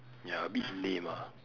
ya a bit lame ah